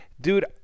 dude